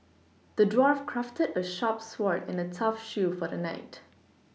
the dwarf crafted a sharp sword and a tough shield for the knight